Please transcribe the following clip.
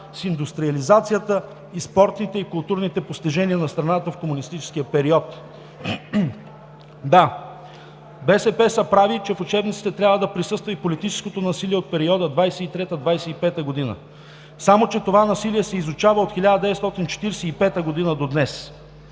с индустриализацията, спортните и културните постижения на страната в комунистическия период. Да, БСП са прави, че в учебниците трябва да присъства и политическото насилие от периода 1923 – 1925 г., само че това насилие се изучава от 1945 г. до днес.